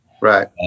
Right